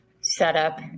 setup